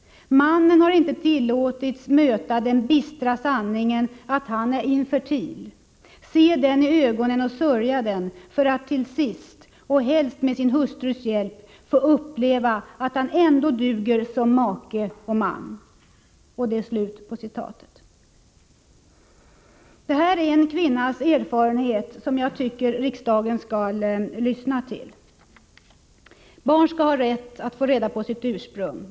Mannen har inte tillåtits möta den bistra sanningen att han är infertil, se den i ögonen och sörja den, för att till sist — och helst med sin hustrus hjälp — få uppleva att han ändå duger som man och make.” Denna kvinnas erfarenhet har jag tyckt att alla i riksdagen skall få kännedom om. Barn skall ha rätt att få veta sitt ursprung.